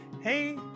hey